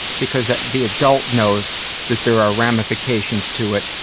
because that the adult knows that there are ramifications to it,